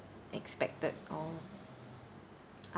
expected of I